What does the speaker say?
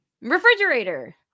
refrigerator